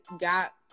got